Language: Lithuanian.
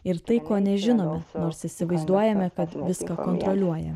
ir tai ko nežinome nors įsivaizduojame kad viską kontroliuojam